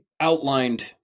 outlined